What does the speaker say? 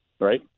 right